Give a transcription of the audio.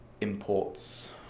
imports